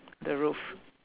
the roof